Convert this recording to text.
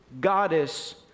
goddess